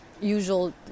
usual